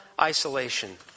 isolation